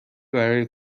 برای